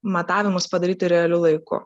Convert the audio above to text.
matavimus padaryti realiu laiku